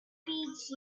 feeds